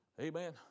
Amen